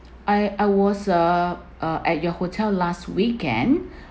I I was uh uh at your hotel last weekend